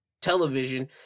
television